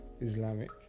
Islamic